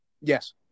Yes